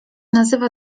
nazywa